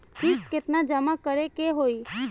किस्त केतना जमा करे के होई?